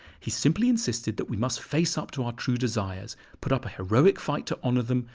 he simply insisted that we must face up to our true desires, put up a heroic fight to honour them,